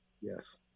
Yes